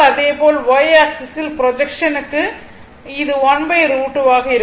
அதேபோல் y axis projection க்கு இது 1 √2 ஆக இருக்கும்